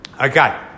Okay